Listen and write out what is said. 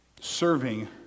serving